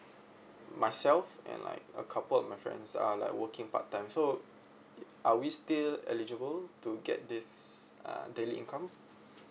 myself and like a couple of my friends are like working part time so are we still eligible to get this uh daily income